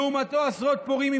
לעומתו עשרות פורעים,